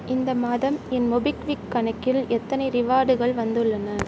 இந்த மாதம் என் மோபிக்விக் கணக்கில் எத்தனை ரிவார்டுகள் வந்துள்ளன